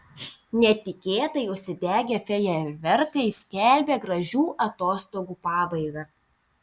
netikėtai užsidegę fejerverkai skelbia gražių atostogų pabaigą